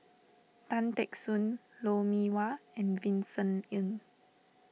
Tan Teck Soon Lou Mee Wah and Vincent Ng